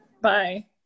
Bye